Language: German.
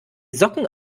socken